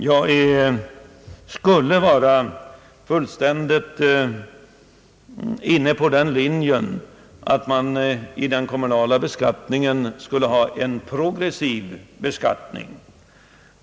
Jag skulle vara fullständigt med på linjen att den kommunala beskattningen skall vara progressiv.